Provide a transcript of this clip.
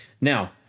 Now